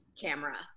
camera